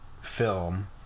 film